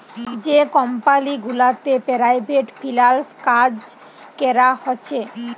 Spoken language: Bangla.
যে কমপালি গুলাতে পেরাইভেট ফিল্যাল্স কাজ ক্যরা হছে